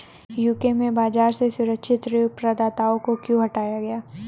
UK में बाजार से सुरक्षित ऋण प्रदाताओं को क्यों हटाया गया?